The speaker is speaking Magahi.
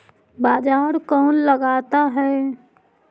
बाजार कौन लगाता है?